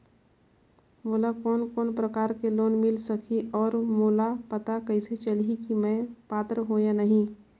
मोला कोन कोन प्रकार के लोन मिल सकही और मोला पता कइसे चलही की मैं पात्र हों या नहीं?